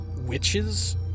witches